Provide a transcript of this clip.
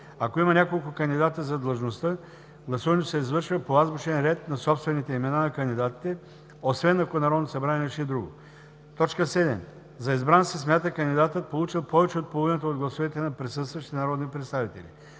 Ако има няколко кандидата за длъжността, гласуването се извършва по азбучен ред на собствените имена на кандидатите, освен ако Народното събрание реши друго. 7. За избран се смята кандидатът, получил повече от половината от гласовете на присъстващите народни представители.